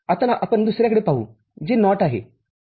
आता आपण दुसर्याकडे पाहू जे NOT आहे ठीक आहे